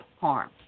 harm